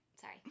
Sorry